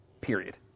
period